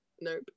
Nope